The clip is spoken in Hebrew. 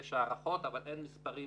יש הערכות אבל אין מספרים,